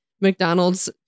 McDonald's